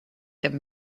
them